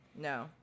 No